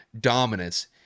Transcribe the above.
dominance